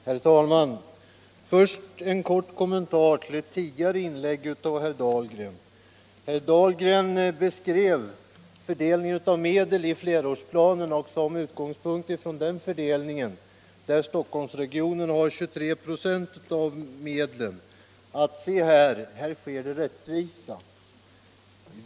Herr talman! Först en kort kommentar till ett tidigare inlägg av herr Dahlgren. Herr Dahlgren beskrev fördelningen av medel i flerårsplanen och menade att denna fördelning, där Stockholmsregionen får 23 96, är rättvis.